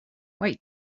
wait